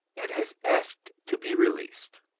and has asked to be released.